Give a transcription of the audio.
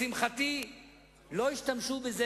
לשמחתי לא השתמשו בזה,